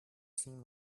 seem